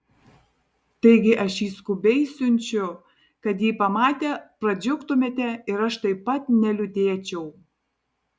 taigi aš jį skubiai siunčiu kad jį pamatę pradžiugtumėte ir aš taip pat neliūdėčiau